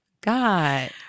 God